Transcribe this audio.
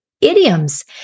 idioms